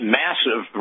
massive